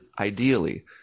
ideally